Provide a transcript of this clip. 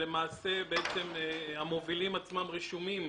שלמעשה המובילים עצמם רשומים